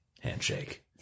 handshake